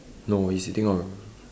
no he's sitting on